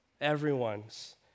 Everyone's